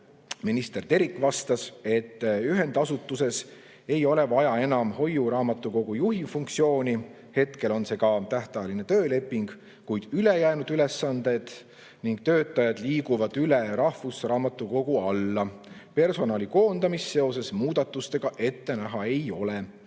Minister Terik vastas, et ühendasutuses ei ole vaja enam hoiuraamatukogu juhi funktsiooni. Hetkel on see tööleping tähtajaline. Kuid ülejäänud ülesanded ning töötajad liiguvad rahvusraamatukogu alla. Personali koondamist seoses muudatustega ette näha ei ole.